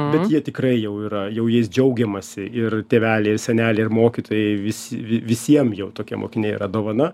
bet jie tikrai jau yra jau jais džiaugiamasi ir tėveliai ir seneliai ir mokytojai visi vi visiem jau tokie mokiniai yra dovana